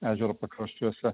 ežero pakraščiuose